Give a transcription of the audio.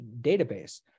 database